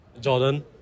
Jordan